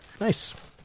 Nice